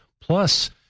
Plus